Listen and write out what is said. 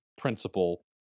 Principle